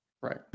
right